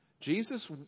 Jesus